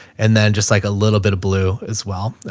and then just like a little bit of blue as well.